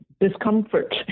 discomfort